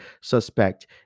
suspect